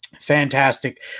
fantastic